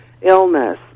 illness